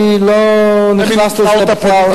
אני לא נכנס לזה בכלל.